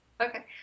Okay